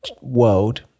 world